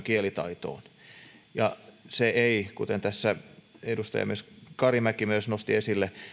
kielitaitoon se ei kuten tässä myös edustaja karimäki nosti esille